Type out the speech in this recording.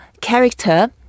character